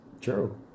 true